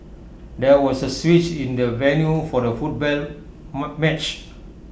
there was A switch in the venue for the football match